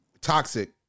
toxic